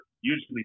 usually